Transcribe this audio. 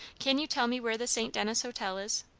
can you tell me where the st. denis hotel is?